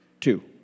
two